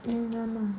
mm ஆமா:aamaa